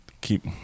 Keep